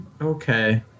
Okay